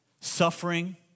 Suffering